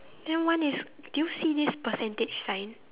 then one is do you see this percentage sign